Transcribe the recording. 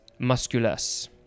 musculus